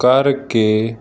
ਕਰਕੇ